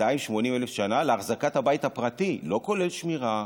280,000 לשנה להחזקת הבית הפרטי, לא כולל שמירה,